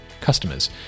customers